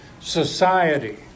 society